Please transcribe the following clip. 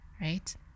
right